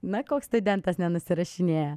na koks studentas nenusirašinėja